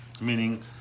meaning